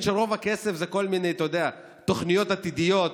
שרוב הכסף זה כל מיני תוכניות עתידיות,